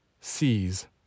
sees